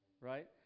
right